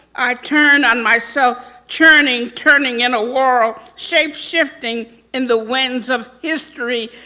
i turn on myself. churning, turning in a whirl. shape-shifting in the winds of history.